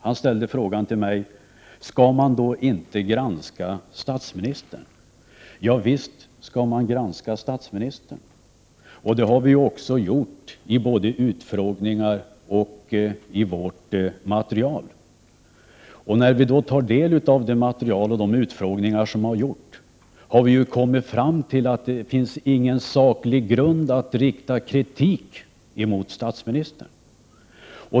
Han ställde frågan till mig: Skall man inte granska statsministern? Ja, visst skall man granska statsministern. Det har också gjorts i utfrågningar och i vårt material. Men när vi har tagit del av materialet och utfrågningarna har vi kommit fram till att det inte finns någon saklig grund för att rikta kritik mot statsministern.